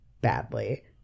Badly